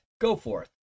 Goforth